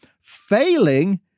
failing